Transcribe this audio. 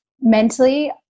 mentally